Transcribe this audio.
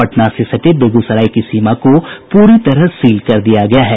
पटना से सटे बेगूसराय की सीमा को पूरी तरह सील कर दिया गया है